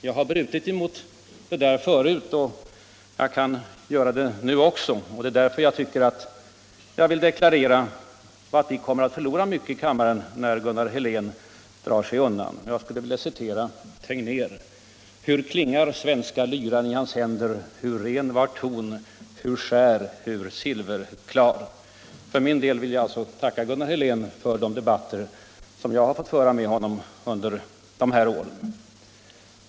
Jag har brutit mot det förut och kan göra det nu också. Det är därför jag vill deklarera att vi kommer att förlora mycket när Gunnar Helén drar sig tillbaka från partiledarskapet. Esaias Tegnér har sagt: hur ren var ton, hur skär, hur silverklar!” För min del vill jag tacka Gunnar Helén för de debatter som jag har fått föra med honom under dessa år.